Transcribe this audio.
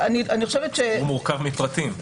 הציבור מורכב מפרטים,